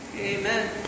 Amen